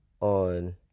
on